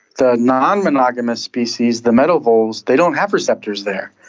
the non-monogamous species, the meadow voles, they don't have receptors there,